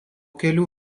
kelių